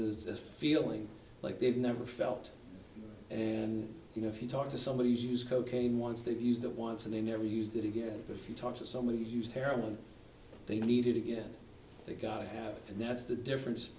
this feeling like they've never felt and you know if you talk to somebody who's used cocaine once they've used it once and they never used it again if you talk to somebody who used heroin they needed again they got to have and that's the difference